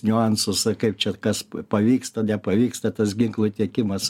niuansus kaip čia kas pavyksta nepavyksta tas ginklų tiekimas